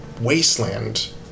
wasteland